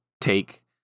take